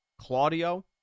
Claudio